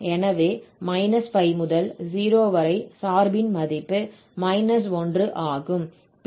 எனவே π முதல் 0 வரை சார்பின் மதிப்பு −1 ஆகும்